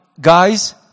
guys